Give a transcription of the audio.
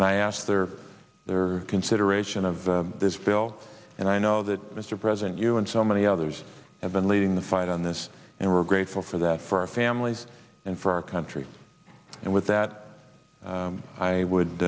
and i ask their their consideration of this bill and i know that mr president you and so many others have been leading the fight on this and we're grateful for that for our families and for our country and with that i would